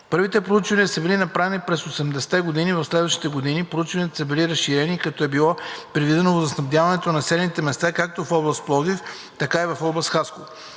Първите проучвания са били направени през 80-те години. В следващите години проучванията са били разширени, като е било предвидено водоснабдяване на населени места както от област Пловдив, така и от област Хасково.